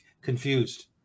confused